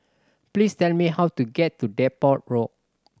please tell me how to get to Depot Walk